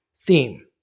theme